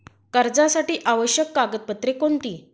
कर्जासाठी आवश्यक कागदपत्रे कोणती?